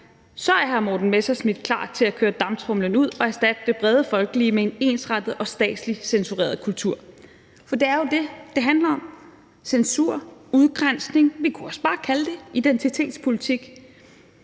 så er hr. Morten Messerschmidt klar til at køre damptromlen ud og erstatte det brede folkelige med en ensrettet og statsligt censureret kultur. For det er jo det, det handler om: censur, udgrænsning, vi kunne også bare kalde det identitetspolitik.